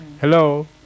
Hello